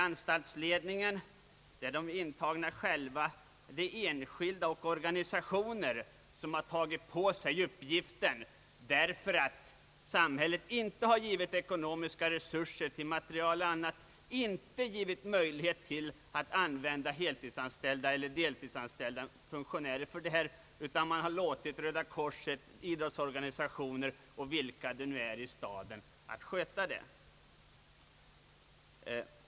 Anstaltsledningen, de intagna själva, enskilda och organisationer har tagit på sig uppgiften därför att samhället inte givit ekonomiska resurser till material och annat, inte givit möjlighet till heltidseller deltidsanställda funktionärer. Man har i stället låtit Röda korset, idrottsorganisationer och andra i staden sköta arbetet.